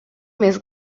més